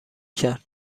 کرد